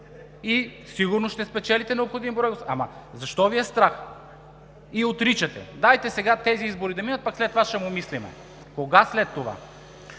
и сигурно ще спечелите необходим брой, ама защо Ви е страх и отричате? Дайте сега тези избори да минат, пък след това ще му мислим. (Председателят